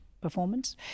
performance